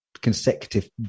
consecutive